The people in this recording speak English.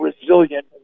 resilient